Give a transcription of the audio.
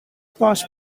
passed